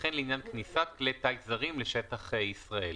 וכן לעניין כניסת כלי טיס זרים לשטח ישראל.